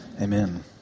Amen